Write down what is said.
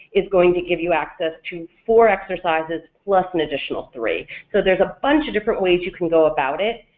is going to give you access to four exercises plus an additional three. so there's a bunch of different ways you can go about it,